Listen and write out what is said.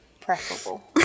preferable